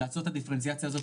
לעשות את הדיפרנציאציה הזאת,